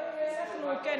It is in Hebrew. אבל כן,